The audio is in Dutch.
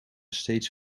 steeds